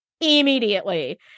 immediately